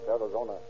Arizona